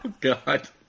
god